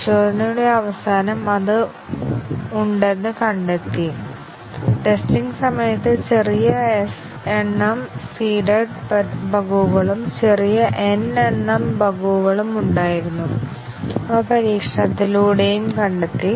പരിശോധനയുടെ അവസാനം അത് ഉണ്ടെന്ന് കണ്ടെത്തി ടെസ്റ്റിംഗ് സമയത്ത് ചെറിയ s എണ്ണം സീഡഡ് ബഗുകളും ചെറിയ n എണ്ണം ബഗുകളും ഉണ്ടായിരുന്നു അവ പരീക്ഷണത്തിലൂടെയും കണ്ടെത്തി